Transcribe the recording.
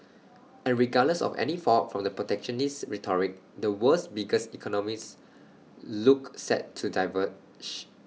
and regardless of any fallout from the protectionist rhetoric the world's biggest economies look set to diverge